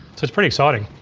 it's it's pretty exciting.